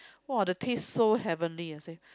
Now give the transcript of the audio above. !wah! the taste so heavenly I said